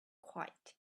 quite